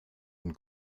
und